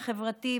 החברתי,